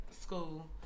school